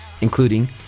including